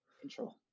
control